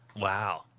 Wow